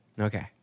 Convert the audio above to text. Okay